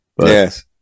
Yes